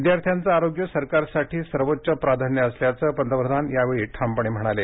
विद्यार्थ्यांचं आरोग्य सरकारसाठी सर्वोच्च प्राधान्य असल्याचं पंतप्रधानांनी यावेळी ठामपणे सांगितले